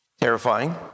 Terrifying